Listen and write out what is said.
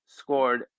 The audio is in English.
Scored